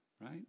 right